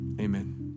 Amen